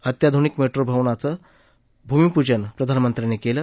अत्याधुनिक मेट्रो भवनाचं भूमिपूजन प्रधानमंत्र्यांनी केलं